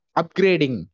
upgrading